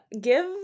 give